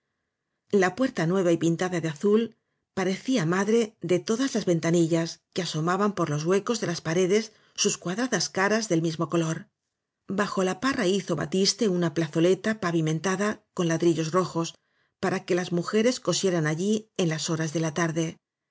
la puerta nueva y pintada de azul parecía madre de todas las ventanillas que asomaban por los huecos de las paredes sus cuadradas caras del mismo color bajo la parra hizo batiste una plazoleta pavimentada con ladrillos rojos para que las mujeres cosieran allí en las horas de la tarde